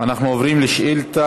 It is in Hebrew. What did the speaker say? אנחנו עוברים לשאילתה